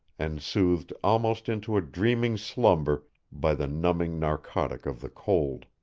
and soothed almost into a dreaming slumber by the numbing narcotic of the cold.